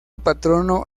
patrono